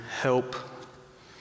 help